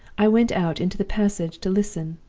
i went out into the passage to listen,